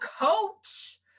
coach